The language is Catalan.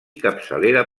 capçalera